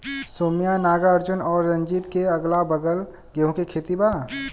सौम्या नागार्जुन और रंजीत के अगलाबगल गेंहू के खेत बा